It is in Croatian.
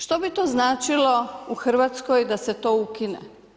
Što bi to značilo u Hrvatskoj da se to ukine?